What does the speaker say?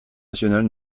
nationales